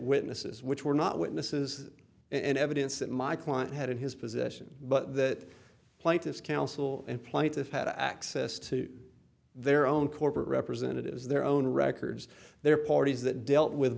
witnesses which were not witnesses in evidence that my client had in his possession but that plaintiff's counsel and plaintiff had access to their own corporate representatives their own records their parties that dealt with